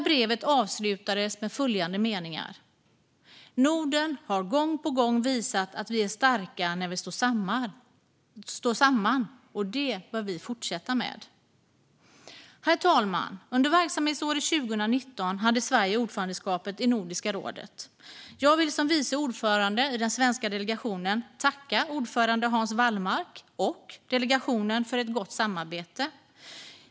Brevet avslutades med följande meningar: Norden har gång på gång visat att vi är starka när vi står samman. Det bör vi fortsätta med. Herr talman! Under verksamhetsåret 2019 hade Sverige ordförandeskapet i Nordiska rådet. Jag vill som vice ordförande i den svenska delegationen tacka ordförande Hans Wallmark och delegationen för ett gott samarbete.